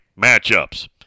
matchups